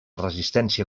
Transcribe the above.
resistència